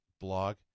blog